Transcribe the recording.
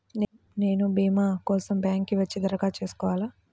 నేను భీమా కోసం బ్యాంక్కి వచ్చి దరఖాస్తు చేసుకోవాలా?